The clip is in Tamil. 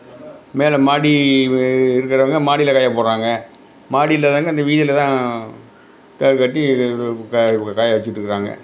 மேலே மாடி இ இருக்கிறவங்க மாடியில காய போடறாங்க மாடி இல்லாதவங்க இந்த வெய்ல்லு தான் கயிறு கட்டி காய போ காய வச்சிக்கிட்டு இருக்கிறாங்க